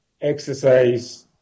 exercise